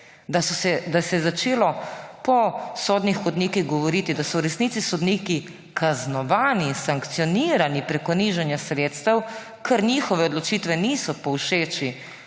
da se je začelo po sodnih hodnikih govoriti, da so v resnici sodniki kaznovani, sankcionirani prek nižanja sredstev, ker njihove odločitve niso povšeči